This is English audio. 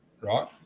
right